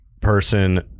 person